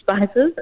spices